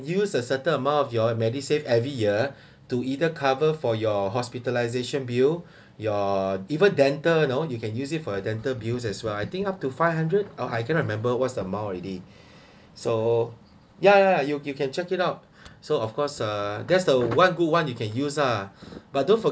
use a certain amount of your medisave every year to either cover for your hospitalisation bill your even dental you know you can use it for a dental bills as well I think up to five hundred or I cannot remember what's the amount already so ya ya you can check it up so of course uh that's the one good one you can use ah but don't